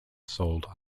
sold